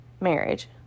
marriage